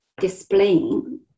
displaying